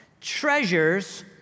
treasures